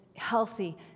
healthy